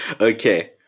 Okay